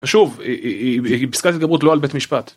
‫שוב, פסקת התגברות לא על בית משפט.